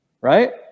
right